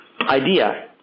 idea